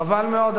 חבל מאוד.